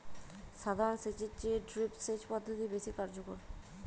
সাধারণ সেচ এর চেয়ে ড্রিপ সেচ পদ্ধতি বেশি কার্যকর